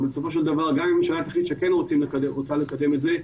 בסופו של דבר גם אם הממשלה תחליט שכן רוצים לקדם אותן,